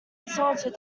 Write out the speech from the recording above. insulted